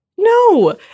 No